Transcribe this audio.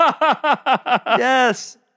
Yes